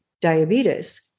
diabetes